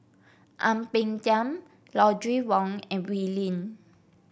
Ang Peng Tiam Audrey Wong and Wee Lin